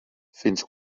fins